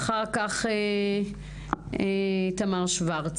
ואחר כך תמר שוורץ,